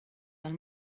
del